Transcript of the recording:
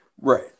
Right